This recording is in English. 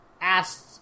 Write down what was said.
asked